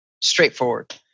straightforward